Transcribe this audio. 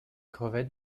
crevette